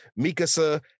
Mikasa